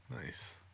Nice